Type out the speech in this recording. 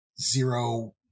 zero